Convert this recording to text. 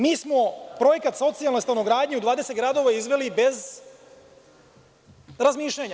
Mi smo Projekat „socijalna stanogradnja“ u 20 gradova izveli bez razmišljanja.